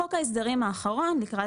בחוק ההסדרים שהוגש